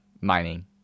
mining